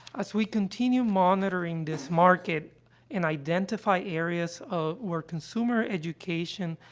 as we continue monitoring this market and identify areas, ah, where consumer education,